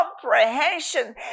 comprehension